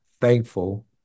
thankful